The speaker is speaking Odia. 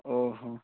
ଓହୋ